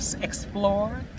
explore